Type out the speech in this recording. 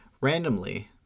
Randomly